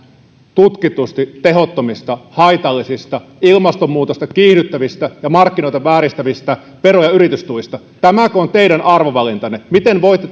tutkitusti tehottomista haitallisista ilmastonmuutosta kiihdyttävistä ja markkinoita vääristävistä vero ja yritystuista tämäkö on teidän arvovalintanne miten voitte